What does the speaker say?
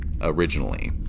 originally